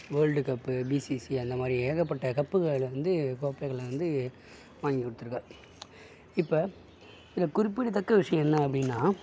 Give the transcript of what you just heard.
world cup BCC அந்த மாதிரி ஏகப்பட்ட கப்புகளை வந்து கோப்பைகளை வந்து வாங்கி கொடுத்துருக்கார் இப்போ இதில் குறிப்பிடத்தக்க விஷயம் என்ன அப்படின்னா